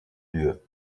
lieu